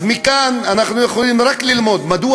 אז מכאן אנחנו יכולים רק ללמוד מדוע